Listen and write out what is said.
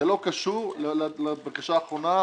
זה לא קשור לבקשה האחרונה ולספח,